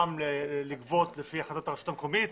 לאפשר גבייה על פי החלטת כל רשות מקומית.